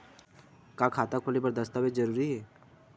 का खाता खोले बर दस्तावेज जरूरी हे?